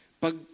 Pag